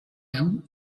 joue